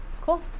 Cool